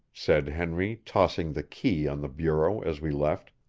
said henry, tossing the key on the bureau as we left.